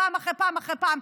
פעם אחרי פעם אחרי פעם.